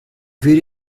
würde